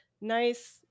nice